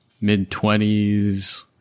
mid-twenties